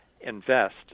invest